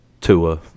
Tua